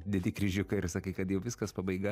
dedi kryžiuką ir sakai kad jau viskas pabaiga